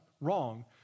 wrong